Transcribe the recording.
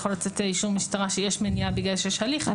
יכול לצאת אישור משטרה שיש מניעה בגלל שיש הליך.